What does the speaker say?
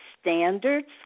standards